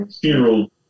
funeral